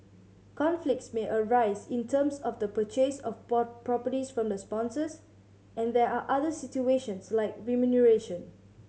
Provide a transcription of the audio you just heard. conflicts may arise in terms of the purchase of properties from the sponsors and there are other situations like remuneration